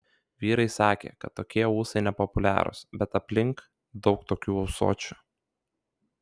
vyrai sakė kad tokie ūsai nepopuliarūs bet aplink daug tokių ūsuočių